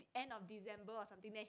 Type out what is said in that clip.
end of December or something then